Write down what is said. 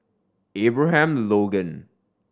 Abraham Logan